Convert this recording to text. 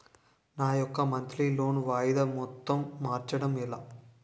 నా యెక్క monthly loan వాయిదా మొత్తం మార్చడం ఎలా?